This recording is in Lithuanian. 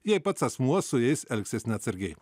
jei pats asmuo su jais elgsis neatsargiai